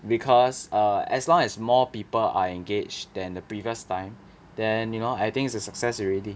because err as long as more people are engaged than the previous time then you know I think it's a success already